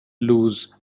lose